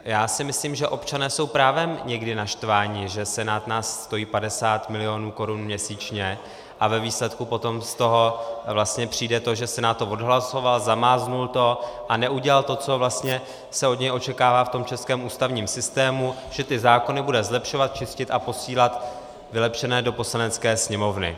Já si myslím, že občané jsou právem někdy naštvaní, že Senát nás stojí 50 milionů korun měsíčně a ve výsledku potom z toho vlastně přijde to, že Senát to odhlasoval, zamázl to a neudělal to, co se vlastně od něj očekává v českém ústavním systému, že zákony bude zlepšovat, čistit a posílat vylepšené do Poslanecké sněmovny.